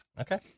Okay